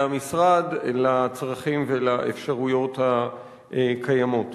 המשרד לצרכים הקיימים ולאפשרויות הקיימות.